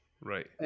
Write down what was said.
Right